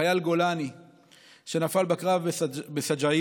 חייל גולני שנפל בקרב בסג'עייה,